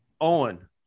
Owen